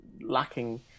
lacking